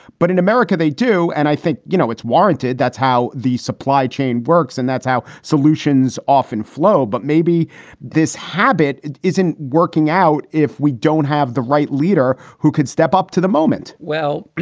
but in america, they do. and i think, you know, it's warranted. that's how the supply chain works and that's how solutions often flow. but maybe this habit isn't working out if we don't have the right leader who could step up to the moment well.